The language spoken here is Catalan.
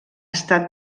estat